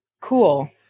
Cool